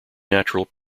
natural